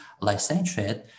Licentiate